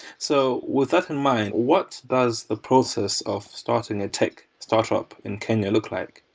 so with that in mind, what does the process of starting a tech startup in kenya look like?